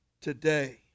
today